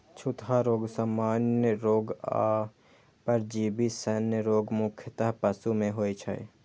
छूतहा रोग, सामान्य रोग आ परजीवी जन्य रोग मुख्यतः पशु मे होइ छै